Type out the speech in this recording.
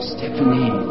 Stephanie